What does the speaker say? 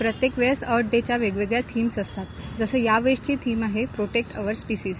प्रत्येक वेळेस अर्थ डेच्या वेगवेगळ्या थीम असतात जसं यावेळ्यी थीम आहे प्रोटेक्ट अवर स्पिसीज